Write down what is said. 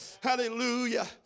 Hallelujah